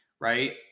right